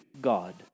God